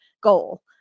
Goal